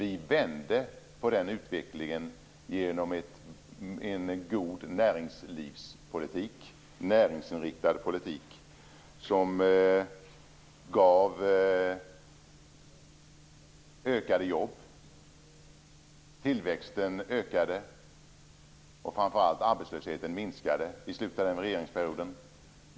Vi vände den utvecklingen genom en god näringsinriktad politik, som gav ökat antal jobb. Tillväxten ökade och framför allt minskade arbetslösheten i slutet av den regeringsperioden.